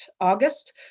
August